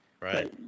Right